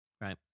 Right